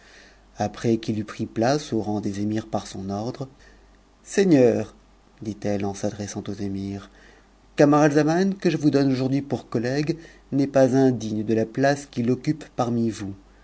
après qu'il eut pris place au rang des émirs par son ordre seigneurs dit-elle en s'adressant aux émirs camaralzaman que je vous donne aujourd'hui pour collègue n'est pas indigne de la place qu'it occupe parmi vous